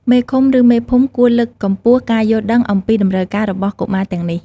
មេឃុំឬមេភូមិគួរលើកកម្ពស់ការយល់ដឹងអំពីតម្រូវការរបស់កុមារទាំងនេះ។